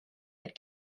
but